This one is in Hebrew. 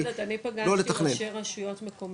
אני פגשתי ראשי רשויות מקומיות,